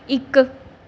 ਇੱਕ